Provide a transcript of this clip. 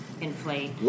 inflate